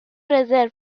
رزرو